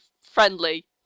friendly